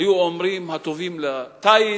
היו אומרים: הטובים לטיס,